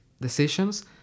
decisions